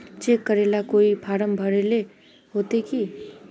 Cheque करेला कोई form भरेले होते की?